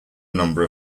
number